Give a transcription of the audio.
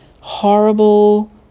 horrible